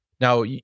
Now